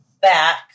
back